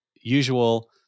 usual